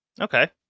Okay